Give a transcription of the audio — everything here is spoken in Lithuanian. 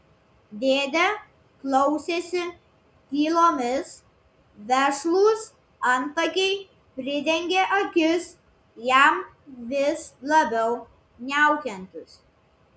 dėdė klausėsi tylomis vešlūs antakiai pridengė akis jam vis labiau niaukiantis